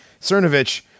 Cernovich